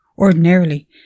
Ordinarily